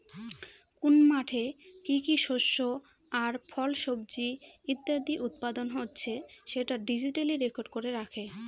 কোন মাঠে কি কি শস্য আর ফল, সবজি ইত্যাদি উৎপাদন হচ্ছে সেটা ডিজিটালি রেকর্ড করে রাখে